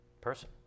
person